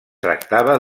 tractava